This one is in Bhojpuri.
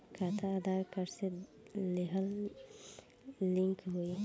खाता आधार कार्ड से लेहम लिंक होई?